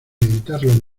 meditarlo